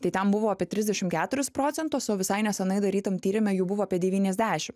tai ten buvo apie trisdešimt keturis procentus o visai nesenai darytam tyrime jų buvo apie devyniasdešimt